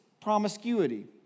promiscuity